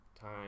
time